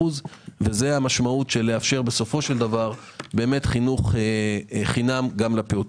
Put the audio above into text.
וזה המשמעות של לאפשר בסופו של דבר חינוך חינם גם לפעוטות.